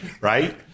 right